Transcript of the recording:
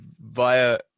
via